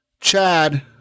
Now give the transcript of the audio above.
Chad